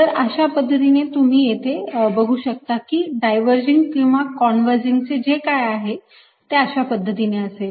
तर अशा पद्धतीने तुम्ही येथे बघू शकता की डायव्हर्जिंग किंवा कॉन्व्हेर्जिंग जे काय आहे ते अशा पद्धतीने असेल